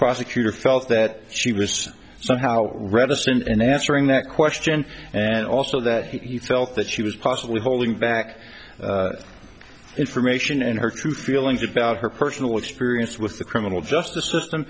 prosecutor felt that she was somehow reticent in answering that question and also that he felt that she was possibly holding back information in her true feelings about her personal experience with the criminal justice system